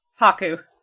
Haku